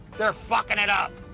they're fucking it up!